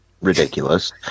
ridiculous